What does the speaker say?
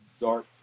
dark